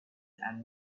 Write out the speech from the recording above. and